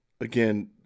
again